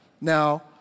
Now